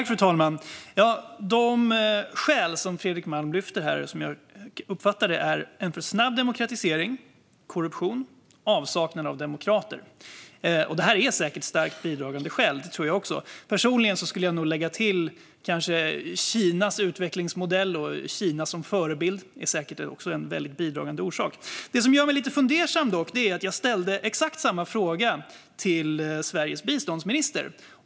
Fru talman! De skäl som Fredrik Malm lyfter upp är, så som jag uppfattar det: en för snabb demokratisering, korruption och avsaknad av demokrater. Detta är säkert starkt bidragande skäl. Det tror även jag. Personligen skulle jag kanske lägga till Kinas utvecklingsmodell och Kina som förebild, som nog också är en mycket bidragande orsak. En sak gör mig dock lite fundersam. Jag ställde exakt samma fråga till Sveriges biståndsminister.